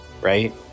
right